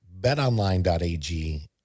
betonline.ag